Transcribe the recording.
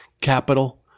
capital